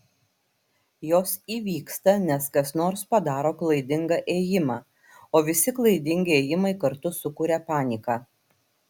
jos įvyksta nes kas nors padaro klaidingą ėjimą o visi klaidingi ėjimai kartu sukuria paniką